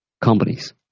companies